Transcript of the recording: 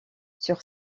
sur